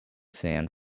sand